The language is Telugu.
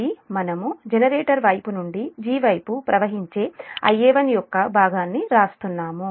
కాబట్టి మనము జనరేటర్ వైపు నుండి 'g' వైపు ప్రవహించే Ia1 యొక్క భాగాన్ని వ్రాస్తున్నాము